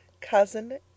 Cousin